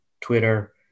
Twitter